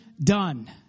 done